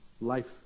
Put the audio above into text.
Life